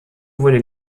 wurde